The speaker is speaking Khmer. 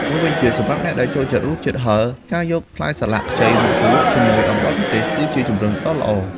មួយវិញទៀត សម្រាប់អ្នកដែលចូលចិត្តរសជាតិហឹរ ការយកផ្លែសាឡាក់ខ្ចីមកជ្រលក់ជាមួយ អំបិលម្ទេស គឺជាជម្រើសដ៏ល្អ។